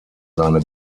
seine